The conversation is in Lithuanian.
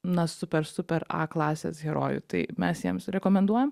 na super super a klasės herojų tai mes jiems rekomenduojam